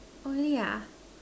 oh really ah